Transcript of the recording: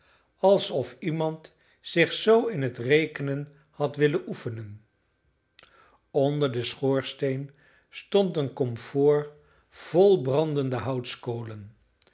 alsof iemand zich zoo in het rekenen had willen oefenen onder den schoorsteen stond een komfoor vol brandende houtskolen